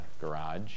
garage